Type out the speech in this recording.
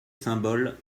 symboles